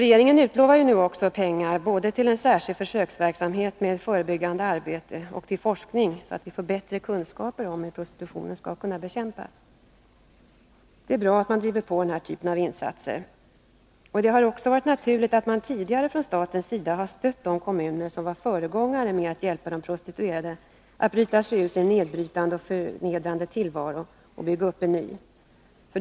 Regeringen utlovar nu också pengar både till en särskild försöksverksamhet med förebyggande arbete och till forskning, så att vi får bättre kunskaper om hur prostitutionen skall kunna bekämpas. Det är bra att man driver på den här typen av insatser. Det har också varit naturligt att man tidigare från statens sida har stött de kommuner som varit föregångare med att hjälpa de prostituerade att bryta sig ur sin nedbrytande och förnedrande tillvaro och bygga upp en ny.